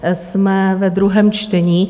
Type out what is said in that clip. Jsme ve druhém čtení.